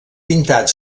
pintat